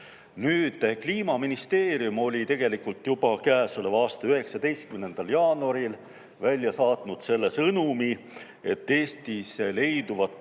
Kliimaministeerium oli tegelikult juba käesoleva aasta 19. jaanuaril välja saatnud selle sõnumi, et Eestis leiduvate